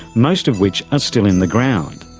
most of which are still in the ground.